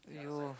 !aiyo!